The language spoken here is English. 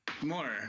More